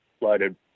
loaded